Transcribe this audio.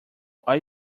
are